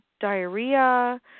diarrhea